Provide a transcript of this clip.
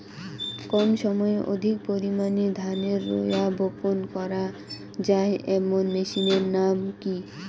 কম সময়ে অধিক পরিমাণে ধানের রোয়া বপন করা য়ায় এমন মেশিনের নাম কি?